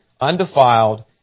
undefiled